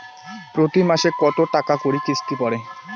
প্রতি মাসে কতো টাকা করি কিস্তি পরে?